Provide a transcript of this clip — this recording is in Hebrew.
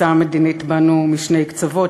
בתפיסה המדינית באנו משני קצוות,